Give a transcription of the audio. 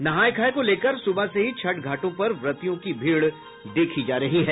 नहाय खाय को लेकर सुबह से ही छठ घाटों पर व्रतियों की भीड़ देखी जा रही है